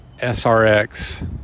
SRX